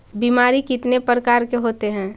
बीमारी कितने प्रकार के होते हैं?